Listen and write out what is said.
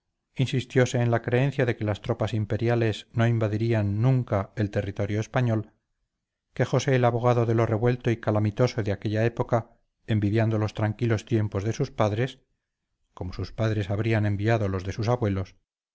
insistióse en la creencia de que las tropas imperiales no invadirían nunca el territorio español quejóse el abogado de lo revuelto y calamitoso de aquella época envidiando los tranquilos tiempos de sus padres como sus padres habrían envidiado los de sus abuelos dio las cinco el loro y